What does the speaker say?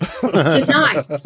Tonight